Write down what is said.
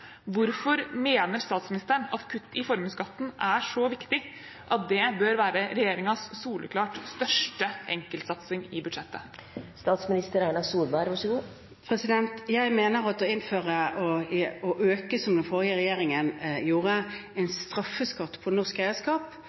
Hvorfor mener statsministeren at kutt i formuesskatten er så viktig at det bør være regjeringens soleklart største enkeltsatsing i budsjettet? Jeg mener at å innføre og øke en straffeskatt på norsk eierskap, som den forrige regjeringen gjorde,